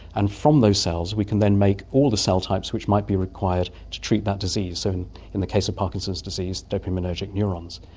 and from those cells we can then make all the cell types which might be required to treat that disease, so in the case of parkinson's disease, dopaminergic neurons.